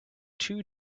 too